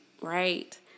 Right